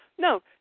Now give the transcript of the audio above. No